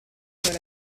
vous